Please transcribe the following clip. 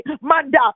manda